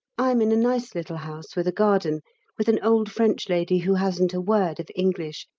i'm in a nice little house with a garden with an old french lady who hasn't a word of english,